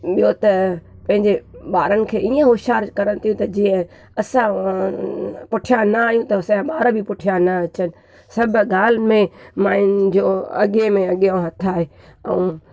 ॿियो त पंहिंजे ॿारनि खे ईंअ होशियारु करनि थियूं त जीअं असां पुठियां न आहियूं त असांजा ॿार बि पुठियां न अचनि सभु ॻाल्हि में माइन जो अॻे में अॻियो हथु आहे ऐं